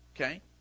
Okay